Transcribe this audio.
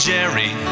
Jerry